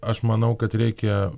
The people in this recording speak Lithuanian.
aš manau kad reikia